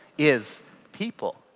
is people.